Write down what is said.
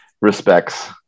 respects